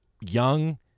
Young